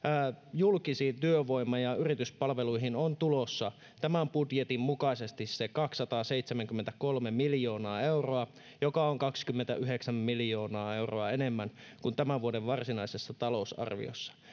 julkisiin työvoima ja yrityspalveluihin on tulossa tämän budjetin mukaisesti se kaksisataaseitsemänkymmentäkolme miljoonaa euroa joka on kaksikymmentäyhdeksän miljoonaa euroa enemmän kuin tämän vuoden varsinaisessa talousarviossa